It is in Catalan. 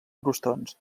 crostons